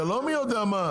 זה לא מי יודע מה,